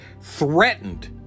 threatened